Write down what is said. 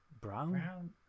Brown